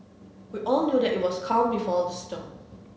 we all knew that it was calm before the storm